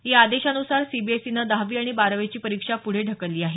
या आदेशान्सार सीबीएसईनं दहावी आणि बारावीची परिक्षा पुढे ढकलली आहे